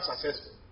successful